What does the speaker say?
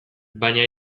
baina